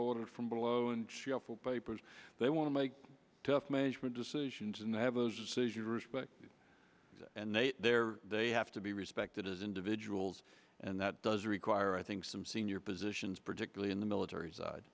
orders from below and shuffle papers they want to make tough management decisions and they have a decision respect and they're they have to be respected as individuals and that does require i think some senior positions particularly in the military side